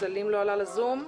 סלים לא עלה לזום.